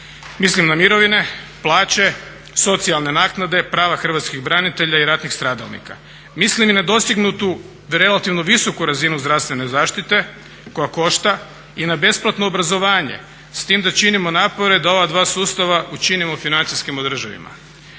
Mislim na mirovine, plaće, socijalne naknade, prava hrvatskih branitelja i ratnih stradalnika. Mislim i na dostignutu relativnu visoku razinu zdravstvene zaštite koja košta i na besplatno obrazovanje, s tim da činimo napore da ova dva sustava učinimo financijski održivima.